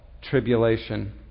tribulation